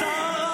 סרבנים בזויים.